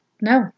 No